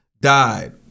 died